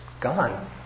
gone